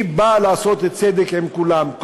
היא באה לעשות צדק עם כולם.